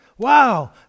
Wow